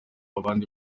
abandi